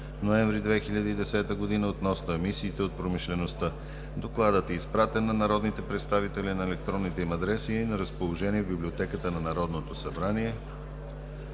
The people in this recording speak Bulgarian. ноември 2010 г., относно емисиите от промишлеността. Докладът е изпратен на народните представители на електронните им адреси и е на разположение в Библиотеката на Народното събрание.